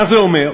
מה זה אומר?